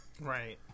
Right